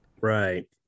Right